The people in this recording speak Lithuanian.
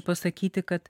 pasakyti kad